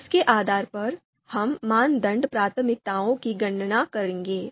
उसके आधार पर हम मानदंड प्राथमिकताओं की गणना करेंगे